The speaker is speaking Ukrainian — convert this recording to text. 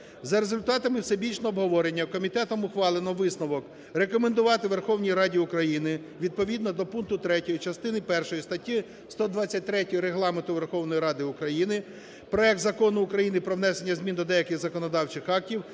За результатами всебічного обговорення комітетом ухвалено висновок рекомендувати Верховній Раді України відповідно до пункту 3 частини першої статті 123 Регламенту Верховної Ради України проект Закону України про внесення змін до деяких законодавчих актів